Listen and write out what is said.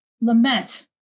lament